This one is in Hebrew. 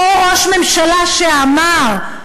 אותו ראש ממשלה שאמר,